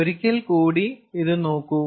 ഒരിക്കൽ കൂടി ഇത് നോക്കു